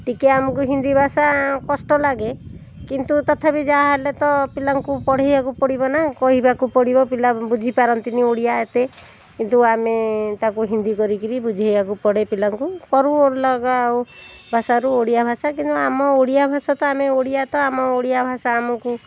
ଟିକିଏ ଆମକୁ ହିନ୍ଦୀଭାଷା କଷ୍ଟଲାଗେ କିନ୍ତୁ ତଥାପି ଯାହାହେଲେ ତ ପିଲାଙ୍କୁ ପଢ଼େଇବାକୁ ପଡ଼ିବନା କହିବାକୁ ପଡ଼ିବ ପିଲା ବୁଝିପାରନ୍ତିନି ଓଡ଼ିଆ ଏତେ କିନ୍ତୁ ଆମେ ତାକୁ ହିନ୍ଦୀ କରିକି ବୁଝେଇବାକୁ ପଡ଼େ ପିଲାଙ୍କୁ କରୁ ଅଲଗା ଆଉ ଭାଷାରୁ ଓଡ଼ିଆଭାଷା କିନ୍ତୁ ଆମ ଓଡ଼ିଆଭାଷା ତ ଆମେ ଓଡ଼ିଆ ତ ଆମ ଓଡ଼ିଆଭାଷା ଆମକୁ